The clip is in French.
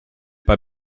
pas